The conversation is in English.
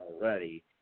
already